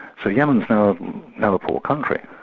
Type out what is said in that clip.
so yemen's now now a poor country.